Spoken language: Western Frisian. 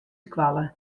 skoalle